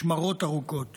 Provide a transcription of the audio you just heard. משמרות ארוכות